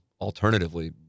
alternatively